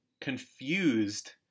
confused